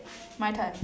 my turn